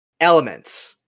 elements